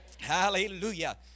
Hallelujah